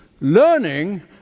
learning